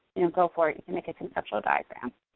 you know, go for it, you can make a conceptual diagram.